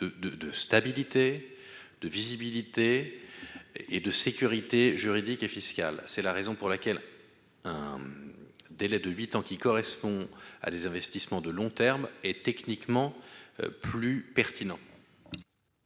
de stabilité, de visibilité et de sécurité juridique et fiscal, c'est la raison pour laquelle un délai de huit ans qui correspond à des investissements de long terme et techniquement plus pertinent.